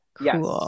Yes